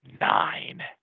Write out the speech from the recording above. nine